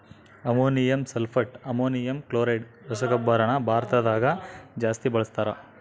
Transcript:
ammonium sulphate, ammonium chloride ರಸಗೊಬ್ಬರನ ಭಾರತದಗ ಜಾಸ್ತಿ ಬಳಸ್ತಾರ